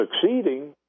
succeeding